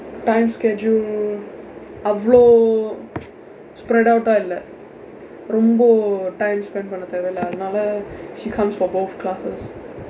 time schedule அவ்வளோ:avvlo spread out ah இல்லை ரொம்ப:illai romba time spend பண்ண தேவை இல்லை அதனால:panna thevai illai athanaala she comes for both classes